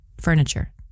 furniture